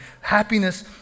Happiness